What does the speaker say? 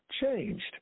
changed